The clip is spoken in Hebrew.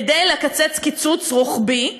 כדי לקצץ קיצוץ רוחבי,